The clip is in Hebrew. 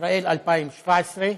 ישראל 2017,